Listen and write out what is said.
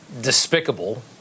despicable